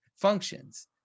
functions